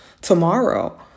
tomorrow